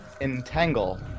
Entangle